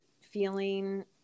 feeling